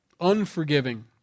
Unforgiving